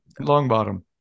Longbottom